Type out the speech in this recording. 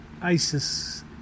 Isis